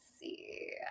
see